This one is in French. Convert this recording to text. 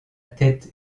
tête